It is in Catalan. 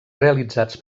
realitzats